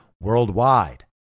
worldwide